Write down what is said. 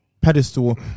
pedestal